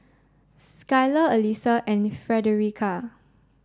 Skyler Alysa and Fredericka